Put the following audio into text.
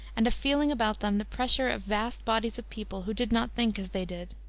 and of feeling about them the pressure of vast bodies of people who did not think as they did.